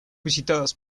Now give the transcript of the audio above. visitadas